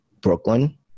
Brooklyn